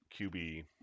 QB